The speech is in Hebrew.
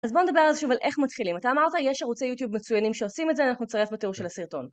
אז בואו נדבר אז שוב על איך מתחילים. אתה אמרת, יש ערוצי יוטיוב מצוינים שעושים את זה, ואנחנו נצרף בתיאור של הסרטון.